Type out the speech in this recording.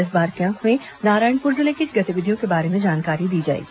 इस बार के अंक में नारायणपुर जिले की गतिविधियों के बारे में जानकारी दी जाएगी